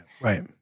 Right